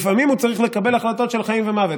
לפעמים הוא צריך לקבל החלטות של חיים ומוות.